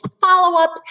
follow-up